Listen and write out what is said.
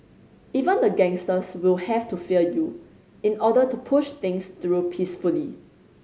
even the gangsters will have to fear you in order to push things through peacefully